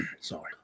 Sorry